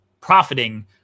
profiting